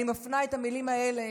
אני מפנה את המילים האלה